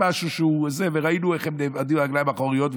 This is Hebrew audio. וראינו איך נעמדים על הרגליים האחוריות,